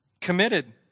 Committed